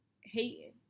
hating